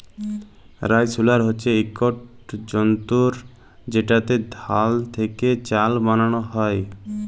rice huller হছে ইকট যল্তর যেটতে ধাল থ্যাকে চাল বালাল হ্যয়